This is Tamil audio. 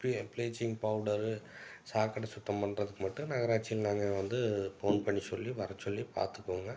ப்ளீ ப்ளீச்சிங் பௌடரு சாக்கடை சுத்தம் பண்ணுறதுக்கு மட்டும் நகராட்சியில் நாங்கள் வந்து போன் பண்ணி சொல்லி வரச் சொல்லி பார்த்துக்குவோங்க